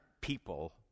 people